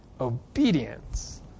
obedience